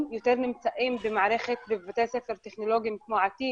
יותר נמצאים במערכת בבתי ספר טכנולוגיים כמו עתיד,